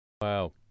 Wow